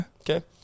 Okay